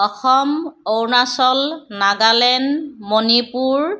Assam Arunachal Nagaland Manipur